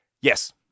Yes